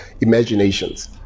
imaginations